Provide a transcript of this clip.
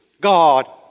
God